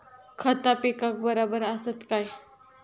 खता पिकाक बराबर आसत काय?